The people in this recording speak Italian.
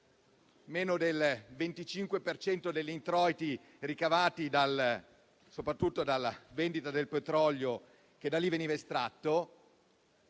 per cento degli introiti ricavati soprattutto dalla vendita del petrolio che veniva estratto